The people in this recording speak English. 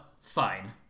fine